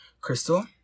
Crystal